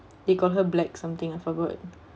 they called her black something I forgot